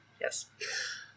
Yes